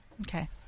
Okay